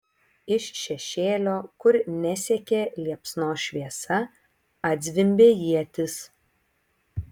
iš šešėlio kur nesiekė liepsnos šviesa atzvimbė ietis